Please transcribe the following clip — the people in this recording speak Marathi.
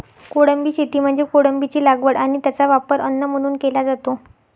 कोळंबी शेती म्हणजे कोळंबीची लागवड आणि त्याचा वापर अन्न म्हणून केला जातो